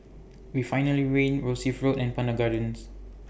Refinery Win Rosyth Road and Pandan Gardens